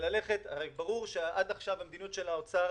הרי ברור שעד כה המדיניות של האוצר